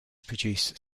produce